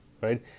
right